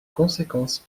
conséquences